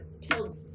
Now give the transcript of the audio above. tell